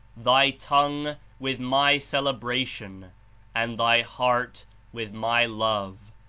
thy tongue with my celebration and thy heart with my love,